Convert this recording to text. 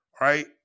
Right